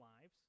lives